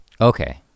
Okay